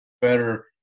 better